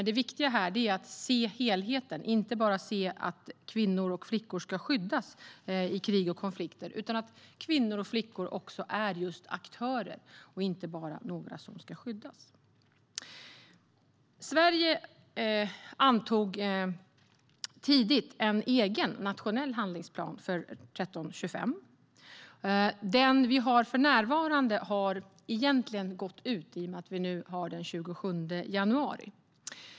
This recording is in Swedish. Det viktiga här är att se helheten och inte bara se att kvinnor och flickor ska skyddas i krig och konflikter utan att kvinnor och flickor är just aktörer och inte bara några som ska skyddas. Sverige antog tidigt en egen nationell handlingsplan för 1325. Den vi har för närvarande har egentligen gått ut i och med att vi nu har den 27 januari.